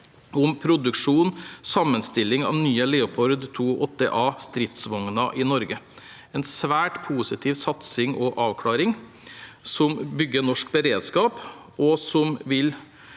om produksjon og sammenstilling av nye Leopard 2A8 stridsvogner i Norge. Det er en svært positiv satsing og avklaring, som bygger norsk beredskap, og som vil